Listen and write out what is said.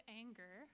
anger